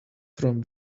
from